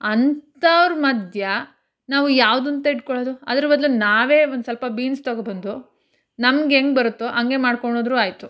ಅಂಥವ್ರ ಮಧ್ಯೆ ನಾವು ಯಾವುದು ಅಂತ ಇಟ್ಕೊಳ್ಳೋದು ಅದ್ರ ಬದಲು ನಾವೇ ಒಂದು ಸ್ವಲ್ಪ ಬೀನ್ಸ್ ತಗೊಂಡ್ಬಂದು ನಮ್ಗೆ ಹೆಂಗೆ ಬರುತ್ತೋ ಹಂಗೆ ಮಾಡಿಕೊಂಡೋದ್ರು ಆಯಿತು